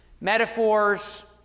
metaphors